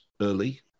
early